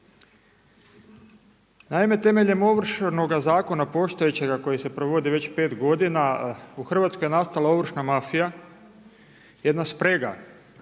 Naime, temeljem Ovršnoga zakona postojećega koji se provodi već 5 godina u Hrvatskoj je nastala ovršna mafija, jedna sprega